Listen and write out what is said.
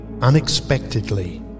unexpectedly